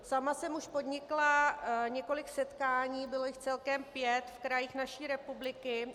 Sama jsem už podnikla několik setkání, bylo jich celkem pět v krajích naší republiky.